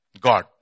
God